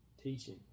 teaching